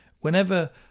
Whenever